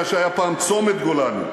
מה שהיה פעם צומת גולני,